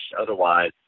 otherwise